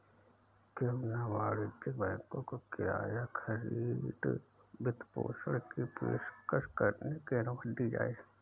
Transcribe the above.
क्यों न वाणिज्यिक बैंकों को किराया खरीद वित्तपोषण की पेशकश करने की अनुमति दी जाए